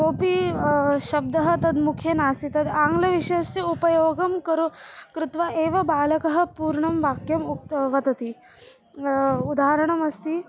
कोपि शब्दः तद् मुखे नास्ति तद् आङ्ग्लविषयस्य उपयोगं करो कृत्वा एव बालकः पूर्णं वाक्यम् उक्त वदति उदाहरणमस्ति